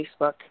Facebook